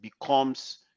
becomes